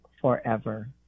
forever